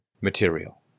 material